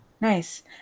nice